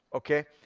ok?